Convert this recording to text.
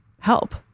help